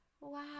Wow